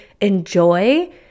enjoy